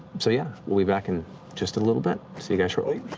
so yeah, we'll be back in just a little bit. see you guys shortly.